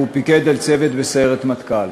והוא פיקד על צוות בסיירת מטכ"ל.